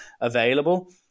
available